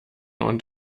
und